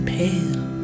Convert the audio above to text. pale